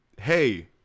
Hey